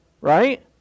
right